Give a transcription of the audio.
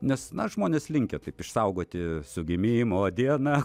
nes na žmonės linkę taip išsaugoti su gimimo dieną